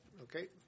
Okay